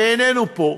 שאיננו פה.